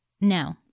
no